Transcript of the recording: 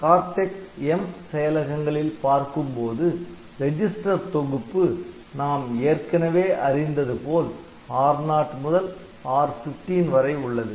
Cortex M செயலகங்களில் பார்க்கும்போது register தொகுப்பு நாம் ஏற்கனவே அறிந்தது போல் R0 முதல் R15 வரை உள்ளது